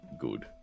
good